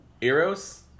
Eros